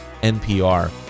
NPR